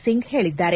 ಸಿಂಗ್ ಹೇಳಿದ್ದಾರೆ